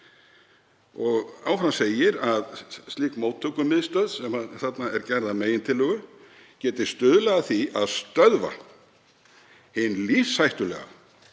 Áfram segir að slík móttökumiðstöð sem þarna er gerð að megintillögu geti stuðlað að því að stöðva hinn lífshættulega,